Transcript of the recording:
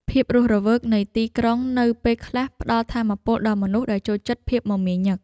ភាពរស់រវើកនៃទីក្រុងនៅពេលខ្លះ ផ្តល់ថាមពលដល់មនុស្សដែលចូលចិត្តភាពមមាញឹក។